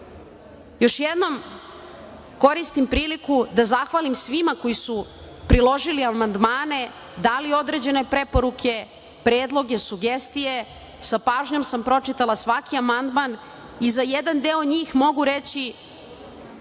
jednom koristim priliku da zahvalim svima koji su priložili amandmanae i dali određene preporuke i sugestije i sa pažnjom sam pročitala svaki amandman i za jedan deo njih mogu reći